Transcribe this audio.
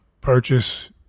purchase